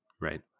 Right